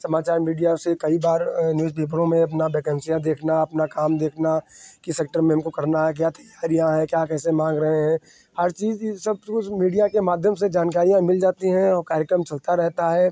समाचार मीडिया से कई बार न्यूज़ पेपरों में अपना वेकेन्सियाँ देखना अपना काम देखना किस सेक्टर में हमको करना है क्या तैयारियाँ हैं क्या कैसे माँग रहे हैं हर चीज़ यह सबकुछ मीडिया के माध्यम से जानकारियाँ मिल जाती हैं और कार्यक्रम चलता रहता है